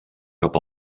cap